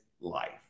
life